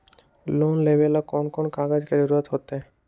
Loan लेवेला कौन कौन कागज के जरूरत होतई?